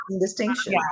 distinction